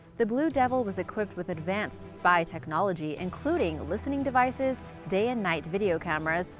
the blue devil was equipped with advanced spy technology including listening devices, day and night video cameras,